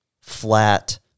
flat